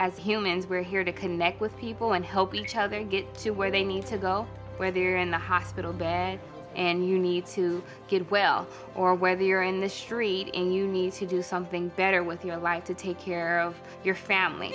as humans we're here to connect with people and help each other get to where they need to go whether you're in the hospital bed and you need to get well or whether you're in the street and you need to do something better with your life to take care of your family